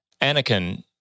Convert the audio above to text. Anakin